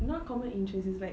not common interest it's like